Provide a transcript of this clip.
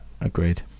agreed